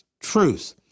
truth